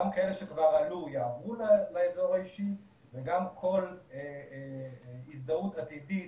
גם כאלה שכבר עלו שיעברו לאזור האישי שכל הזדהות עתידית